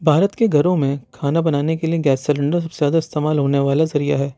بھارت کے گھروں میں کھانا بنانے کے لئے گیس سیلنڈر سب سے زیادہ استعمال ہونے والا ذریعہ ہے